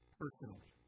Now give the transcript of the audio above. personally